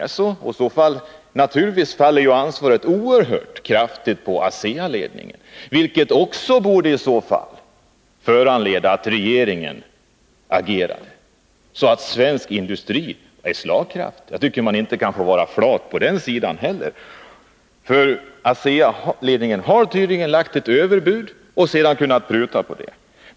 Är det så, faller naturligtvis ansvaret oerhört tungt på ASEA-ledningen, något som också borde föranleda att regeringen agerade, så att svensk industri blir slagkraftig. Jag tycker att man inte kan vara flat på den sidan heller. ASEA-ledningen har tydligen kommit med ett överbud och sedan kunnat pruta.